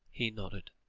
he nodded.